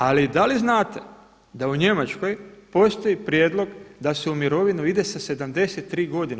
Ali da li znate da u Njemačkoj postoji prijedlog da se u mirovinu ide sa 73 godine.